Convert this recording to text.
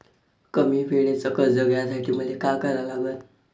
कमी वेळेचं कर्ज घ्यासाठी मले का करा लागन?